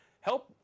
Help